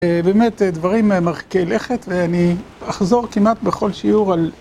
באמת, דברים מרחיקי לכת, ואני אחזור כמעט בכל שיעור על...